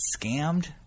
scammed